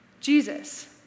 Jesus